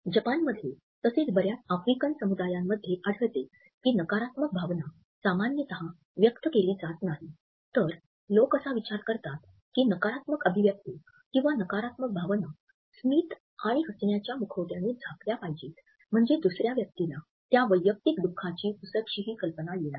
जपानमध्ये तसेच बर्याच आफ्रिकन समुदायांमध्ये आढळते की नकारात्मक भावना सामान्यत व्यक्त केली जात नाही तर लोक असा विचार करतात की नकारात्मक अभिव्यक्ती किंवा नकारात्मक भावना स्मित आणि हसण्याच्या मुखवटयाने झाकल्या पाहिजेत म्हणजे दुसऱ्या व्यक्तीला त्या वैयक्तिक दुखाची पुसटशी ही कल्पना येणार नाही